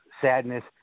sadness